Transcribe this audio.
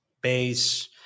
base